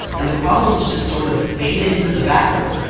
and the problems just sort of faded into the background.